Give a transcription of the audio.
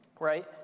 Right